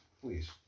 Please